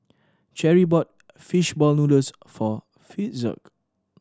Cheri bought fish ball noodles for Fitzhugh